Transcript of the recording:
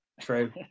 true